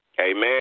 Amen